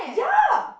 ya